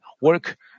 work